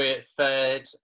third